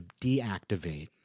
deactivate